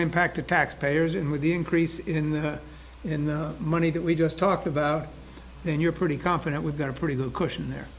impact to taxpayers and with the increase in the in the money that we just talked about then you're pretty confident we've got a pretty good cushion there